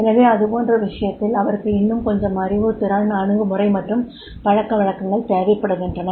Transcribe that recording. எனவே அது போன்ற விஷயத்தில் அவருக்கு இன்னும் கொஞசம் அறிவு திறன் அணுகுமுறை மற்றும் பழக்கவழக்கங்கள் தேவைப்படுகின்றன